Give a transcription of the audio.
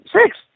six